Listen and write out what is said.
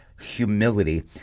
humility